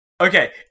Okay